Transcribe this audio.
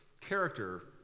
character